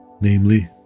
namely